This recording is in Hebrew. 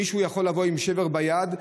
מישהו יכול לבוא עם שבר ביד,